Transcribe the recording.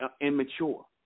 immature